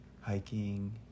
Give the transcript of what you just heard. hiking